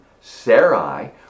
Sarai